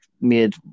made